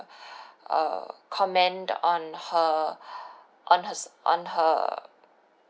uh comment on her on her on her